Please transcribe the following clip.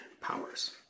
powers